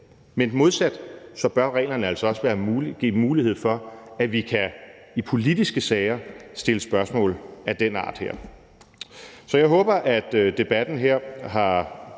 Men modsat bør reglerne altså også give mulighed for, at vi i politiske sager kan stille spørgsmål af den art her. Så jeg håber, at debatten her har